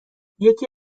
یکی